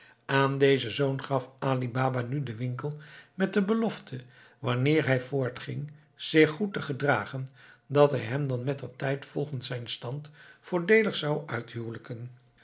aan dezen zoon gaf ali baba nu den winkel met de belofte wanneer hij voortging zich goed te gedragen dat hij hem dan mettertijd volgens zijn stand voordeelig zou